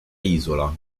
isola